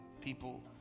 people